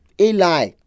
Eli